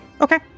Okay